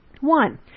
One